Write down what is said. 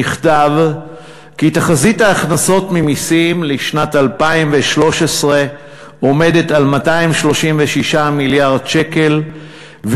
נכתב כי תחזית ההכנסות ממסים לשנת 2013 עומדת על 236 מיליארד שקלים,